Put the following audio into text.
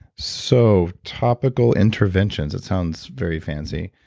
so, topical interventions, it sounds very fancy.